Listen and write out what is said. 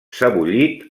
sebollit